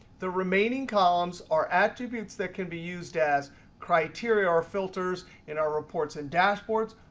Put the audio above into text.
the remaining columns are attributes that can be used as criteria or filters in our reports and dashboards,